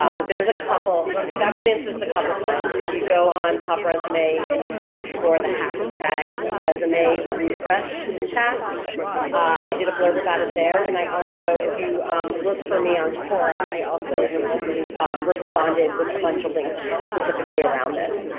um but there's a couple i've actually insist a couple times if you go on topresume and you search for the hashtag resumerefreshchat, i did a blurb about it there and i also if you look for me on quora i also recently responded with a bunch of links specifically around this.